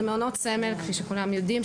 זה מעונות סמל כפי שכולם יודעים,